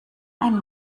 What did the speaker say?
ein